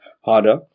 harder